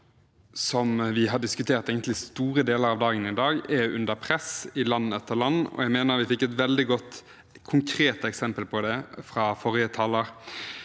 egentlig har diskutert store deler av dagen i dag, er under press i land etter land. Jeg mener vi fikk et veldig godt konkret eksempel på det fra forrige taler.